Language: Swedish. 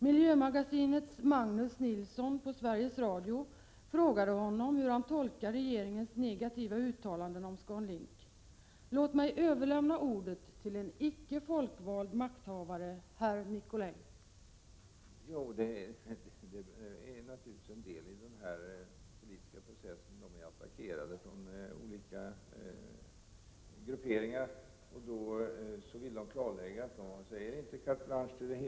Miljömagasinets Magnus Nilsson på Sveriges Radio frågade honom hur han tolkar regeringens negativa uttalanden om ScanLink. Låt mig överlämna ordet till en icke folkvald makthavare, herr Nicolin.